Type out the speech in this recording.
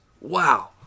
Wow